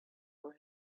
for